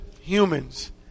humans